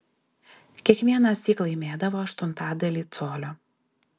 kiekvienąsyk laimėdavo aštuntadalį colio